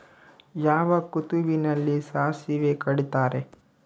ಯಾವ ಋತುವಿನಲ್ಲಿ ಸಾಸಿವೆ ಕಡಿತಾರೆ?